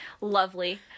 lovely